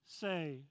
say